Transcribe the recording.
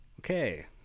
okay